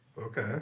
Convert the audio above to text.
Okay